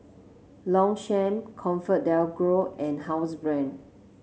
Longchamp ComfortDelGro and Housebrand